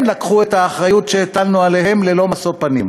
הם לקחו את האחריות שהטלנו עליהם, ללא משוא פנים,